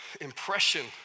impression